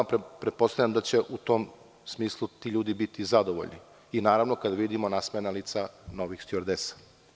Pretpostavljam da će u tom smislu ti ljudi biti zadovoljni i naravno kada vidimo nasmejana lica novih stjuardesa.